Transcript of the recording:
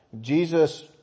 Jesus